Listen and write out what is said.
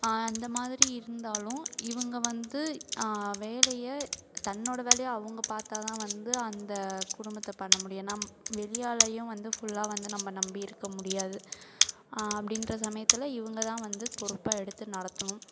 அந்தமாதிரி இருந்தாலும் இவங்க வந்து வேலையை தன்னோட வேலையாக அவங்க பார்த்தா தான் வந்து அந்த குடும்பத்தை பண்ண முடியும் நாம் வெளியாளையும் வந்து ஃபுல்லாக வந்து நம்ம நம்பி இருக்க முடியாது அப்படின்ற சமயத்தில் இவங்க தான் வந்து பொறுப்பாக எடுத்து நடத்தணும்